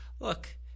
look